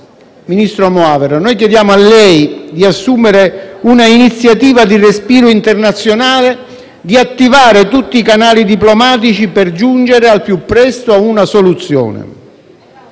ministro Moavero Milanesi, chiediamo a lei di assumere un'iniziativa di respiro internazionale e di attivare tutti i canali diplomatici, per giungere al più presto ad una soluzione.